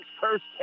first